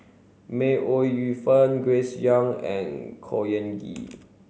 May Ooi Yu Fen Grace Young and Khor Ean Ghee